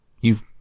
You've